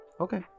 Okay